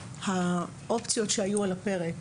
האופציות שהיו על הפרק